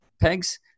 pegs